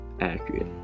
Accurate